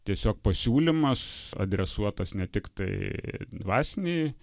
tiesiog pasiūlymas adresuotas ne tiktai dvasinei